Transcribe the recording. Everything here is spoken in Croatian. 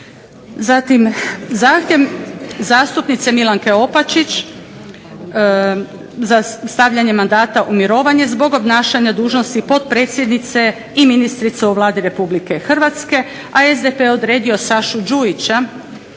Zatim, zahtjev zastupnice Milanke Opačić za stavljanje mandata u mirovanje zbog obnašanja dužnosti potpredsjednice i ministrice u Vladi RH. SDP je odredio Sašu Đujića